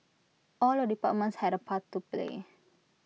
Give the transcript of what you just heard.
all the departments had A part to play